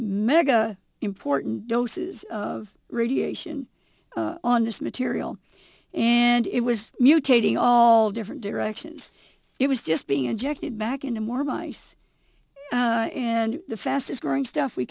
mega important doses of radiation on this material and it was mutating all different directions it was just being injected back into more mice and the fastest growing stuff we